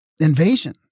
invasion